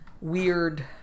weird